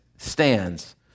stands